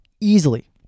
easily